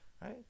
right